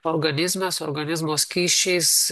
organizme su organizmo skysčiais